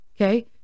okay